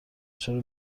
چرا